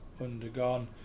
undergone